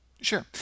Sure